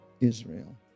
Israel